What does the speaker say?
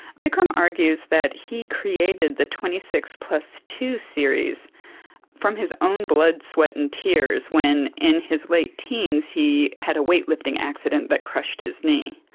bikram argues that he created the twenty six plus two series from his own blood, sweat and tears when in his late teens he had a weightlifting accident that crushed his knee.